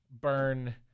Burn